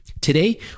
Today